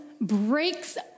breaks